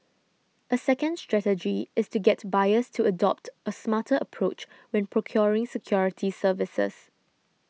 a second strategy is to get buyers to adopt a smarter approach when procuring security services